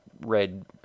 red